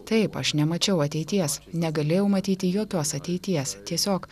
taip aš nemačiau ateities negalėjau matyti jokios ateities tiesiog